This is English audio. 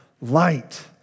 light